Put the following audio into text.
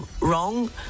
wrong